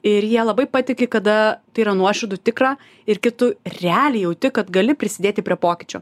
ir jie labai patiki kada tai yra nuoširdu tikra ir kai tu realiai jauti kad gali prisidėti prie pokyčio